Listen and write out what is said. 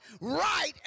right